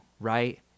right